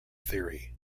theory